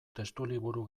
testuliburu